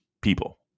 people